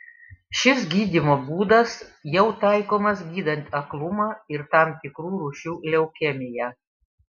šis gydymo būdas jau taikomas gydant aklumą ir tam tikrų rūšių leukemiją